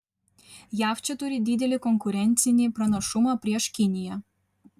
jav čia turi didelį konkurencinį pranašumą prieš kiniją